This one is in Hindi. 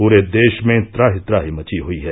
पूरे देष में त्राहि त्राहि मची हुयी है